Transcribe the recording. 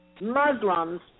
Muslims